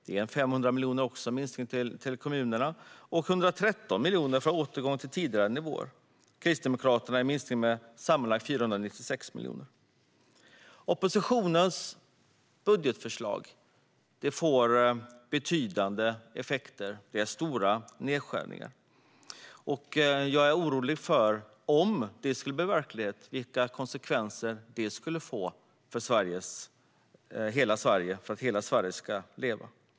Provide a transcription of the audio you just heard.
Det är också en minskning av anslagen till kommunerna med 500 miljoner, och det är en minskning med 113 miljoner för en återgång till tidigare nivåer. Kristdemokraterna minskar med sammanlagt 496 miljoner. Oppositionens budgetförslag skulle få betydande effekter. Det är stora nedskärningar. Om det skulle bli verklighet är jag orolig över vilka konsekvenser det skulle få för att hela Sverige ska ha möjlighet att leva.